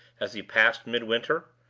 as he passed midwinter.